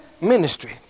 ministry